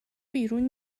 بیرون